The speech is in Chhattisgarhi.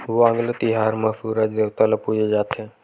वांगला तिहार म सूरज देवता ल पूजे जाथे